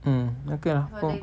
mm okay lah cook